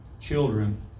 children